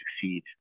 succeed